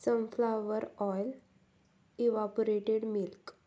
sunflower oil evaporated milk